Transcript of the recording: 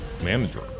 Manager